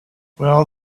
well